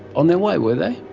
on their way were they?